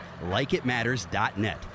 LikeItMatters.net